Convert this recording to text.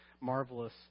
marvelous